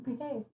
Okay